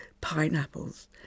pineapples